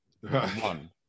One